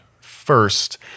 first